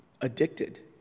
addicted